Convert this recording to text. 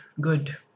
good